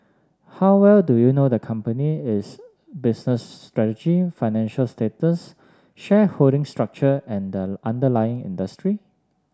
how well do you know the company its business strategy financial status shareholding structure and the underlying industry